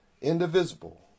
indivisible